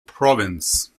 province